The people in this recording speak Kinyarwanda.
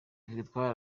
victoire